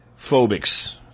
phobics